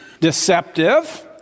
deceptive